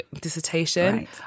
dissertation